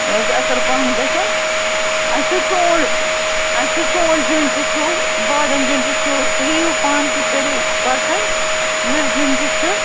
یہِ حظ اَصٕل پَہن گَژھو اَسہِ چھُ ژوٗنٛٹھۍ اَسہِ چھُ ژوٗنٛٹھۍ زیُن تہِ چھُو بادَم زیُن تہِ چھُو تُہۍ یِیِو پانہٕ تُہۍ کٔرِو پَسنٛد وِر زیُن تہِ چھُ